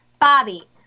Bobby